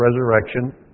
resurrection